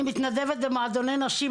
אני מתנדבת במועדוני נשים,